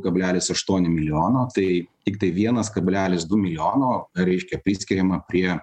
kablelis aštuoni milijono tai tiktai vienas kablelis du milijono reiškia priskiriama prie